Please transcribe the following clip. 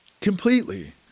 Completely